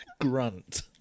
grunt